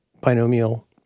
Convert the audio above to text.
binomial